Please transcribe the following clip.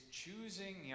choosing